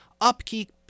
upkeep